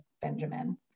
Benjamin